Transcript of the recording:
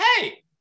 hey